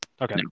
Okay